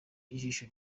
jisho